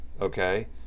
okay